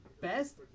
best